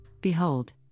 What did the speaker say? behold